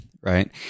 right